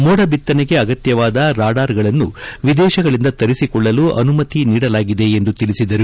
ಮೋಡ ಬಿತ್ತನೆಗೆ ಅಗತ್ಯವಾದ ರಾಡಾರ್ ಗಳನ್ನು ವಿದೇಶಗಳಿಂದ ತರಿಸಿಕೊಳ್ಳಲು ಅನುಮತಿ ನೀಡಲಾಗಿದೆ ಎಂದು ತಿಳಿಸಿದರು